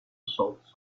assaults